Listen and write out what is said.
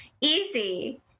easy